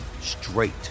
straight